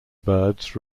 birds